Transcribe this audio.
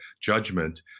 judgment